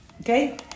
Okay